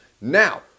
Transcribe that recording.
Now